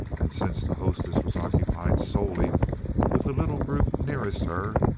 and since the hostess was occupied solely with the little group nearest her,